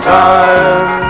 time